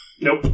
Nope